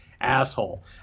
asshole